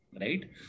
right